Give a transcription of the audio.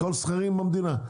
הכול שכירים במדינה?